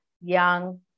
young